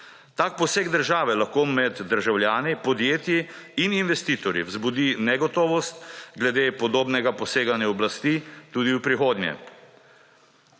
Tak poseg države lahko med državljani, podjetji in investitorji vzbudi negotovost glede podobnega poseganja oblasti tudi v prihodnje.